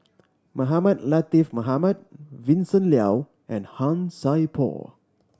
Mohamed Latiff Mohamed Vincent Leow and Han Sai Por